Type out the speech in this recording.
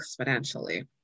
exponentially